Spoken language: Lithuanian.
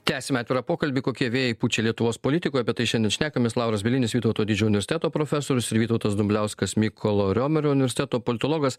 tęsiame atvirą pokalbį kokie vėjai pučia lietuvos politikoj apie tai šiandien šnekamės lauras bielinis vytauto didžiojo universiteto profesorius ir vytautas dumbliauskas mykolo romerio universiteto politologas